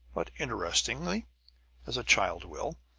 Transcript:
but interestedly, as a child will.